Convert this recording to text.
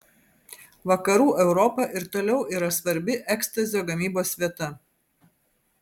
vakarų europa ir toliau yra svarbi ekstazio gamybos vieta